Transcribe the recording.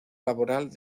laboral